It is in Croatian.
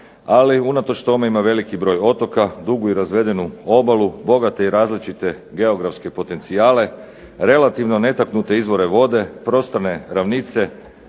Ali unatoč tome ima veliki broj otoka, dugu i razvedenu obalu, bogate i različite geografske potencijale, relativno netaknute izvore vode, prostrane ravnice,